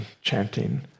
chanting